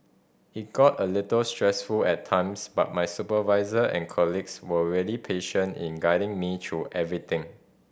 it got a little stressful at times but my supervisor and colleagues were really patient in guiding me through everything